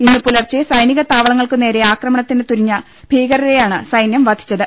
ഇന്നു പുലർച്ചെ സൈനിക താവളങ്ങൾക്കു നേരെ ആക്രമണത്തിന് തുനിഞ്ഞ ഭീകരരെയാണ് സൈനൃം വധി ച്ചത്